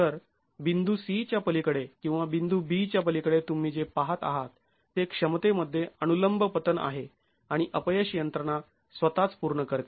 तर बिंदू c च्या पलीकडे किंवा बिंदू b च्या पलीकडे तुम्ही जे पाहत आहात ते क्षमतेमध्ये अनुलंब पतन आहे आणि अपयश यंत्रणा स्वतःच पूर्ण करते